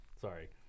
Sorry